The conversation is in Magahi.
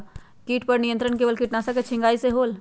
किट पर नियंत्रण केवल किटनाशक के छिंगहाई से होल?